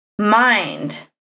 mind